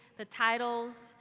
the titles,